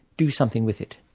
do something with it.